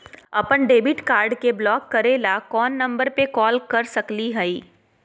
अपन debit card के block करे ला कौन नंबर पे कॉल कर सकली हई?